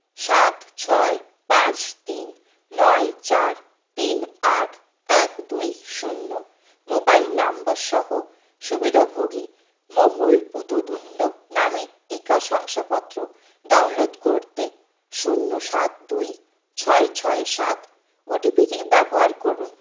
সাত ছয় পাঁচ তিন নয় চার তিন আট এক দুই শূন্য মোবাইল নাম্বার সহ সুবিধাভোগী মোহুল পুততুন্ড নামের টিকা শংসাপত্র ডাউনলোড করতে শূন্য সাত দুই ছয় ছয় সাত ওটিপিটি ব্যবহার করুন